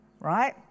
right